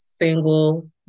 single